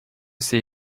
see